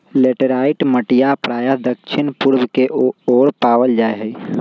laterite मटिया प्रायः दक्षिण पूर्व के ओर पावल जाहई